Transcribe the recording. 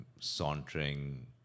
sauntering